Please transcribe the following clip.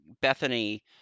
Bethany